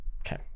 Okay